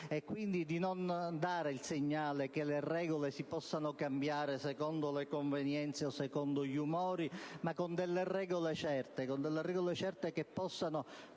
e, quindi, di non dare il segnale che le regole si possano cambiare secondo le convenienze o gli umori: occorrono bensì regole certe, che possano